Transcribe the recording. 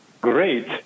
great